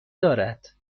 دارد